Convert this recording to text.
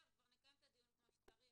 נקיים את הדיון כבר כמו שצריך,